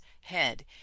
head